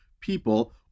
people